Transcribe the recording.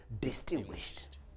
distinguished